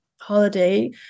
holiday